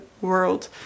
world